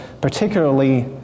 particularly